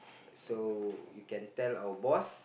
so you can tell our boss